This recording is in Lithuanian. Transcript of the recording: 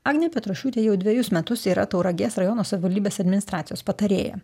agnė petrošiūtė jau dvejus metus yra tauragės rajono savivaldybės administracijos patarėja